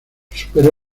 superó